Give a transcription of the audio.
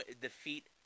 defeat